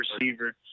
receiver